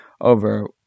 over